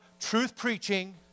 truth-preaching